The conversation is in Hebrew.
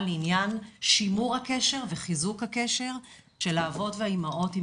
לעניין שימור הקשר וחיזוק הקשר של האבות והאימהות עם